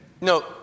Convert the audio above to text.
No